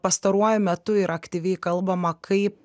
pastaruoju metu yra aktyviai kalbama kaip